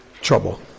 trouble